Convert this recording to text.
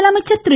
முதலமைச்சர் திரு